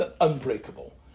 unbreakable